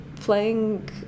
playing